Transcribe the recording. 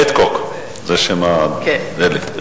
"פטקוק", זה שם הדלק.